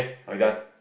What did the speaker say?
okay